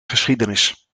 geschiedenis